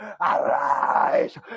Arise